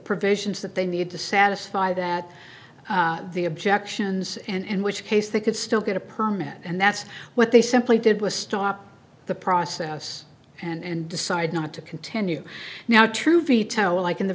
provisions that they need to satisfy that the objections and which case they could still get a permit and that's what they simply did was stop the process and decide not to continue now true veto like in the